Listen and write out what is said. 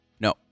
No